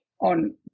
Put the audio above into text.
on